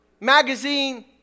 magazine